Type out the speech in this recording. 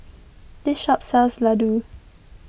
this shop sells Laddu